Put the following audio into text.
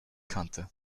kannte